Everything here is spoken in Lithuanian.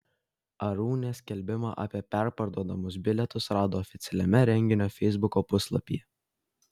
arūnė skelbimą apie perparduodamus bilietus rado oficialiame renginio feisbuko puslapyje